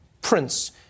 Prince